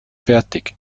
fertig